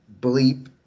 bleep